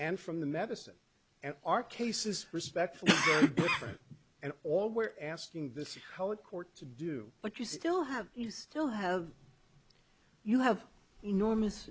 and from the medicine and our cases respectfully and all we're asking this court to do but you still have you still have you have enormous